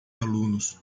alunos